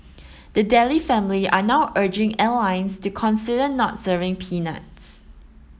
the Daley family are now urging airlines to consider not serving peanuts